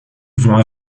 vont